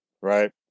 right